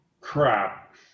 crap